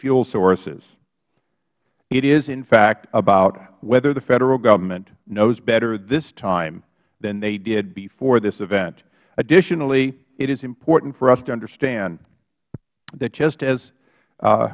fuel sources it is in fact about whether the federal government knows better this time than they did before this event additionally it is important for us to understand that just as